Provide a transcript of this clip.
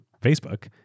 Facebook